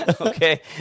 Okay